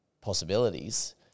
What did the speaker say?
possibilities